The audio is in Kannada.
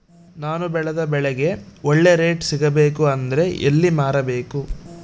ನಾನು ಬೆಳೆದ ಬೆಳೆಗೆ ಒಳ್ಳೆ ರೇಟ್ ಸಿಗಬೇಕು ಅಂದ್ರೆ ಎಲ್ಲಿ ಮಾರಬೇಕು?